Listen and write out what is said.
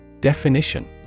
Definition